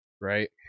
Right